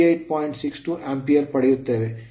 62 Ampere ampere ಪಡೆಯುತ್ತೇವೆ